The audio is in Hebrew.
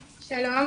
שלום.